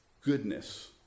goodness